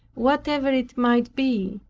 whatever it might be,